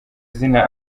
zina